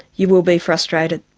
you will be frustrated.